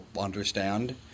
understand